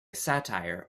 satire